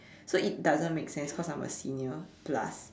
so it doesn't make sense because I'm a senior plus